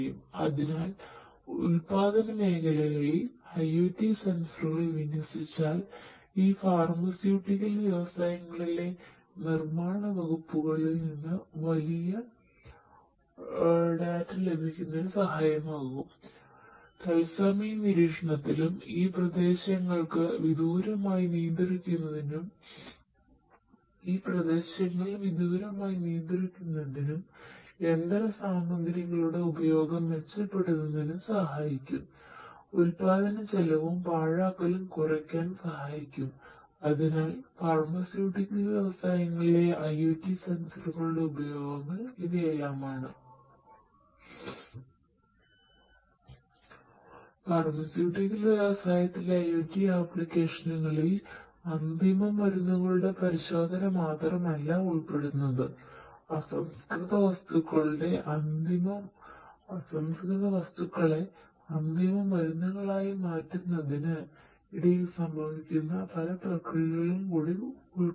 അതിനാൽ ഉൽപ്പാദന മേഖലകളിൽ IOT സെൻസറുകൾ വിന്യസിച്ചാൽ ഈ ഫാർമസ്യൂട്ടിക്കൽ ഉപയോഗങ്ങൾ ഇവയൊക്കെയാണ് ഫാർമസ്യൂട്ടിക്കൽ വ്യവസായത്തിലെ IOT ആപ്ലിക്കേഷനുകളിൽ അന്തിമ മരുന്നുകളുടെ പരിശോധന മാത്രമല്ല ഉൾപ്പെടുന്നുതു അസംസ്കൃത വസ്തുക്കളെ അന്തിമ മരുന്നുകളാക്കി മാറ്റുന്നതിന് ഇടയിൽ സംഭവിക്കുന്ന പ്രക്രിയകളും കൂടി ഉൾപ്പെടുന്നു